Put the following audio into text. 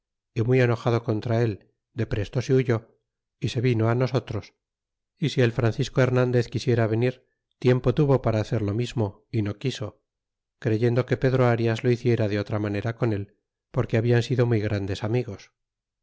muy enojado contra el de presto se huyó y se vino nosotros y si el francisco ernandez quisiera venir tiempo tuvo para hacer lo mismo y no quiso creyendo que pedro arias lo hiciera de otra manera con él porque hablan sido muy grandes amigos